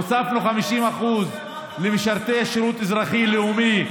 הוספנו 50% למשרתי שירות אזרחי-לאומי.